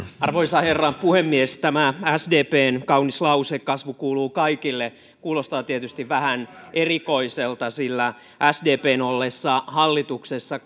arvoisa herra puhemies tämä sdpn kaunis lause kasvu kuuluu kaikille kuulostaa tietysti vähän erikoiselta sillä sdpn ollessa hallituksessa